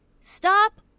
Stop